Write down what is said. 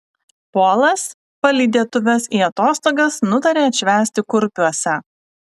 polas palydėtuves į atostogas nutarė atšvęsti kurpiuose